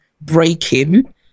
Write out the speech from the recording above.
breaking